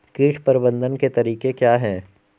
कीट प्रबंधन के तरीके क्या हैं?